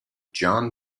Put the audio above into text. john